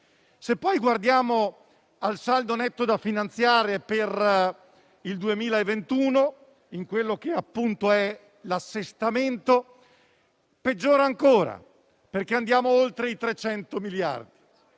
Se poi guardiamo al saldo netto da finanziare per il 2021, nell'assestamento, il dato peggiora ancora, perché andiamo oltre i 300 miliardi.